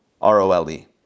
R-O-L-E